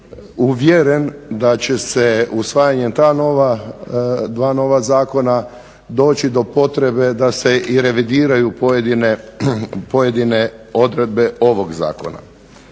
uvjeren da će se usvajanjem ta dva nova zakona doći do potrebe da se i revidiraju pojedine odredbe ovog zakona.